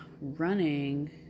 running